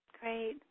Great